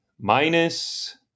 minus